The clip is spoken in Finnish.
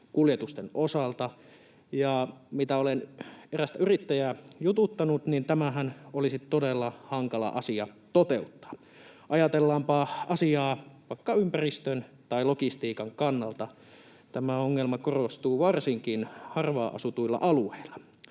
kuljetusten osalta, ja mitä olen erästä yrittäjää jututtanut, niin tämähän olisi todella hankala asia toteuttaa. Ajatellaanpa asiaa vaikka ympäristön tai logistiikan kannalta, niin tämä ongelma korostuu varsinkin harvaan asutuilla alueilla.